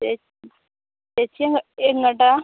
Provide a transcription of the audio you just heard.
ചേച്ചി എങ്ങോട്ടാണ്